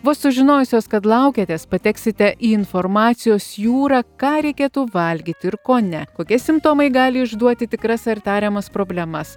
vos sužinojusios kad laukiatės pateksite į informacijos jūrą ką reikėtų valgyti ir ko ne kokie simptomai gali išduoti tikras ar tariamas problemas